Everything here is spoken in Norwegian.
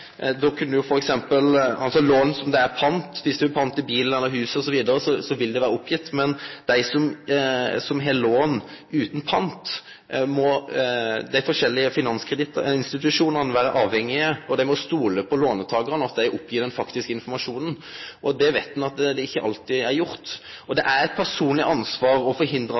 Då kunne f.eks. lån med pant i bil, hus osv. vere oppgitt, men når det gjeld dei som har lån utan pant, må dei forskjellege finanskredittinstitusjonane vere avhengige av å kunne stole på at låntakarane oppgir den faktiske informasjonen. Ein veit at det ikkje alltid blir gjort. Det er eit personleg ansvar å